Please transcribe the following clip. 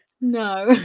No